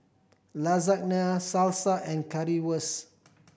Lasagna Salsa and Currywurst